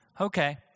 Okay